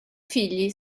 figli